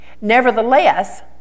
Nevertheless